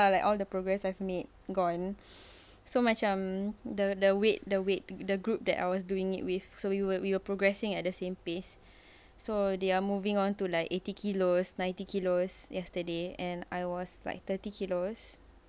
like all the progress I've made gone so macam the the weight the weight the group that I was doing it with so we were we were progressing at the same pace so they are moving on to like eighty kilos ninety kilos yesterday and I was like thirty kilos